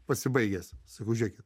pasibaigęs sakau žiūrėkit